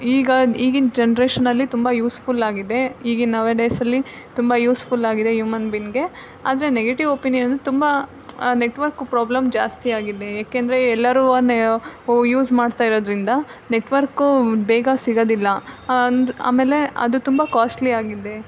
ಈಗ ಈಗಿನ ಜೆನ್ರೇಷನಲ್ಲಿ ತುಂಬ ಯೂಸ್ಫುಲ್ಲಾಗಿದೆ ಈಗ ನೌ ಎ ಡೇಸಲ್ಲಿ ತುಂಬ ಯೂಸ್ಫುಲ್ಲಾಗಿದೆ ಯೂಮನ್ ಬಿಂಗೆ ಆದರೆ ನೆಗೆಟಿವ್ ಒಪಿನಿಯನು ತುಂಬ ನೆಟ್ವರ್ಕು ಪ್ರಾಬ್ಲಮ್ ಜಾಸ್ತಿ ಆಗಿದೆ ಯಾಕೆಂದರೆ ಎಲ್ಲರೂ ಒನ್ ಯು ಯೂಸ್ ಮಾಡ್ತಾ ಇರೋದರಿಂದ ನೆಟ್ವರ್ಕು ಬೇಗ ಸಿಗೋದಿಲ್ಲ ಅಂದ ಆಮೇಲೆ ಅದು ತುಂಬ ಕಾಸ್ಟ್ಲಿ ಆಗಿದೆ